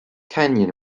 canyon